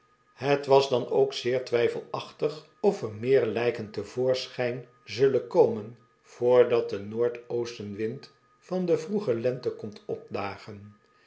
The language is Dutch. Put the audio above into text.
het was dan ook zeer twijfelachtig of er meer lijken te voorschijn zullen komen vrdat de noordoostenwind van de vroege lente komt opdagen